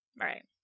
Right